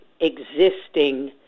existing